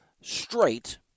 Straight